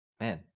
man